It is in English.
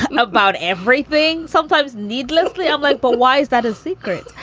but and about everything, sometimes needlessly i'd like. but why is that a secret?